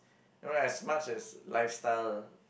you know as much as lifestyle